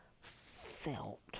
felt